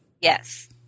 Yes